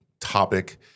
topic